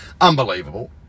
Unbelievable